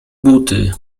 buty